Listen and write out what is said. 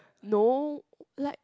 no like